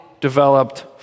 developed